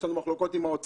יש לנו מחלוקות עם האוצר,